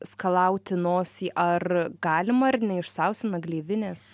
skalauti nosį ar galima ar neišsausina gleivinės